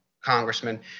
congressman